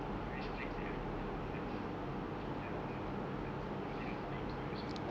they always flex their Adidas Fila [what] what other shop Nike also